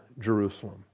Jerusalem